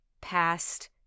past